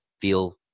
feel